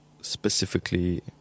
specifically